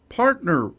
partner